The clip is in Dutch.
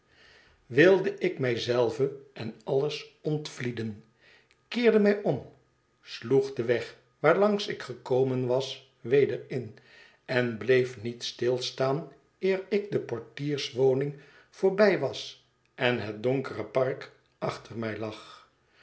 wilde ik mij zelve en alles ontvlieden keerde mij om sloeg den weg waarlangs ik gekomen was weder in en bleef niet stilstaan eer ik de portierswoning voorbij was en het donkere park achter mij lag